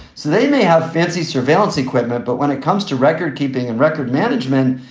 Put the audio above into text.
so they may have fancy surveillance equipment, but when it comes to record keeping and record management,